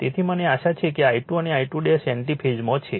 તેથી મને આશા છે કે I2 અને I2 એન્ટિ ફેઝમાં છે